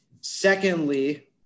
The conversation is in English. Secondly